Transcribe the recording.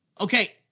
Okay